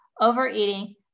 overeating